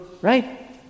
right